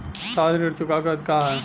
सावधि ऋण चुकावे के अवधि का ह?